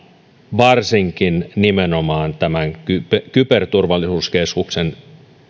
varsinkin nimenomaan tämän kyberturvallisuuskeskuksen